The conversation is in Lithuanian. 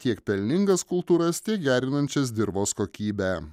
tiek pelningas kultūras tiek gerinančias dirvos kokybę